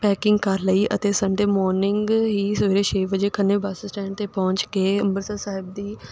packing ਕਰ ਲਈ ਅਤੇ ਸੰਡੇ ਮੋਰਨਿੰਗ ਹੀ ਸਵੇਰੇ ਛੇ ਵਜੇ ਖੰਨੇ ਬੱਸ ਸਟੈਂਡ 'ਤੇ ਪਹੁੰਚ ਕੇ ਅੰਮ੍ਰਿਤਸਰ ਸਾਹਿਬ ਦੀ